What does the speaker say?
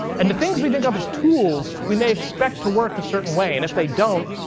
and the things we think of as tools we may expect to work a certain way, and if they don't,